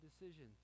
decisions